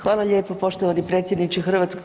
Hvala lijepo poštovani predsjedniče HS.